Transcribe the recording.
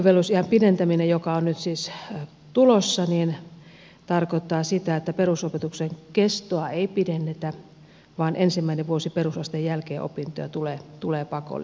oppivelvollisuusiän pidentäminen joka on nyt siis tulossa tarkoittaa sitä että perusopetuksen kestoa ei pidennetä vaan ensimmäinen vuosi opintoja perusasteen jälkeen tulee pakolliseksi